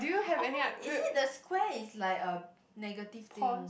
oh is it the square is like a negative thing